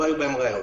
לא היו בהן ראיות.